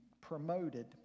promoted